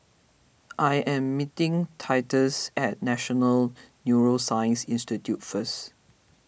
I am meeting Titus at National Neuroscience Institute first